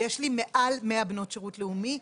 ויש לי מעל 100 בנות שירות לאומי.